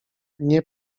nie